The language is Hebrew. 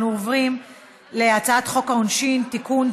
אנחנו עוברים להצעת חוק העונשין (תיקון,